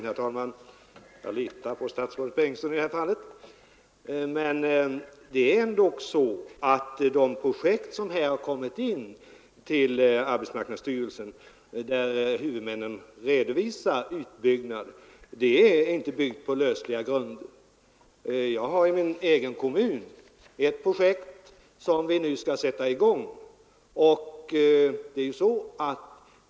Herr talman! Jag litar på statsrådet Bengtsson i det här fallet. Men det är ändock så att de projekt, som kommit in till arbetsmarknadsstyrelsen och där huvudmännen redovisar utbyggnader, är inte byggda på lös grund. Jag har i min egen kommun ett projekt som vi nu skall sätta i gång.